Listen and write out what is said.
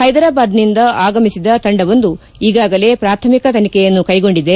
ಹೈದರಾಬಾದ್ನಿಂದ ಆಗಮಿಸಿದ ತಂಡವೊಂದು ಈಗಾಗಲೇ ಪ್ರಾಥಮಿಕ ತನಿಖೆಯನ್ನು ಕೈಗೊಂಡಿದೆ